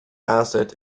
asset